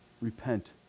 repent